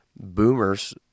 Boomers